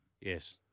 Yes